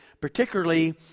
particularly